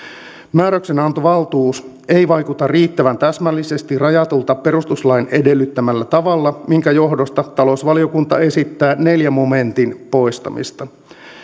määräyksenantovaltuus ei vaikuta riittävän täsmällisesti rajatulta perustuslain edellyttämällä tavalla minkä johdosta talousvaliokunta esittää neljännen momentin poistamista